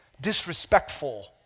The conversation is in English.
disrespectful